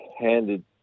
handed